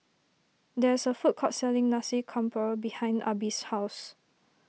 there is a food court selling Nasi Campur behind Arbie's house